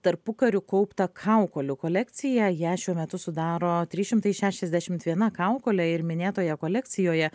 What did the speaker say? tarpukariu kauptą kaukolių kolekciją ją šiuo metu sudaro trys šimtai šešiasdešimt viena kaukolė ir minėtoje kolekcijoje